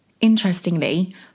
Interestingly